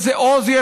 איזה עוז,